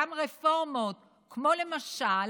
גם רפורמות, למשל